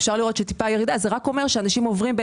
אפשר לראות שהיא טיפה ירדה.